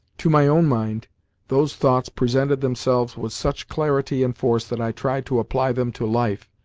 to my own mind those thoughts presented themselves with such clarity and force that i tried to apply them to life,